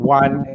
one